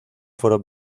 fueron